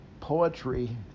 poetry